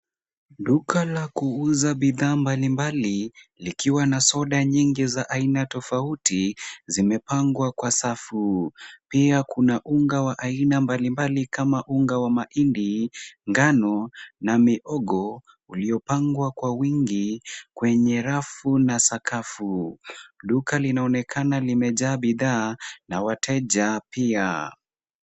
Duka la kuuza bidhaa mbalimbali, likiwa na soda nyingi za aina tofauti zimepagwa kwa safu. Pia kuna unga wa aina mbalimbali kama unga wa mahindi, ngano na mihogo uliopangwa kwa wingi kwenye rafu na sakafu. Duka linaonekana limejaa bidhaa na wateja pia.